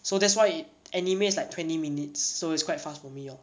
so that's why anime is like twenty minutes so it's quite fast for me lor